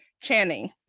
Channing